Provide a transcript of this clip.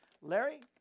Larry